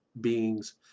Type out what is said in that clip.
beings